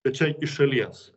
čia iš šalies